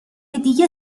دیگه